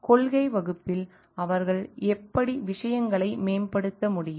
கொள்கை வகுப்பில் அவர்கள் எப்படி விஷயங்களை மேம்படுத்த முடியும்